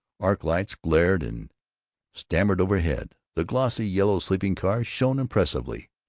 arc-lights glared and stammered overhead. the glossy yellow sleeping-cars shone impressively.